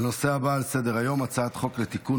הנושא הבא על סדר-היום: הצעת חוק לתיקון